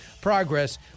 progress